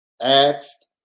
asked